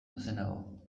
ozenago